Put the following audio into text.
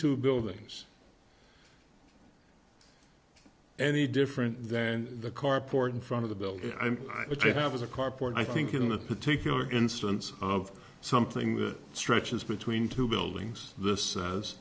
two buildings any different than the carport in front of the building i'm a to have is a carport i think in that particular instance of something that stretches between two buildings this